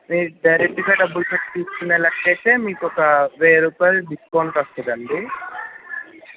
డైరెక్ట్గా డబ్బులు కట్టి తీసుకునేలాగా అయితే మీకు ఒక వెయ్యి రూపాయలు డిస్కౌంట్ వస్తుంది అండి